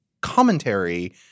commentary